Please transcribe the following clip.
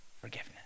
forgiveness